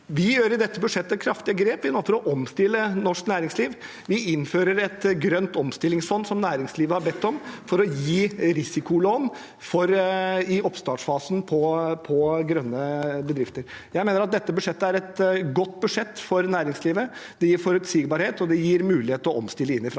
om. I dette budsjettet gjør vi kraftige grep for å omstille norsk næringsliv. Vi innfører et grønt omstillingsfond som næringslivet har bedt om, for å gi risikolån i oppstartsfasen til grønne bedrifter. Jeg mener at dette budsjettet er et godt budsjett for næringslivet. Det gir forutsigbarhet, og det gir mulighet til å omstille inn